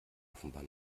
offenbar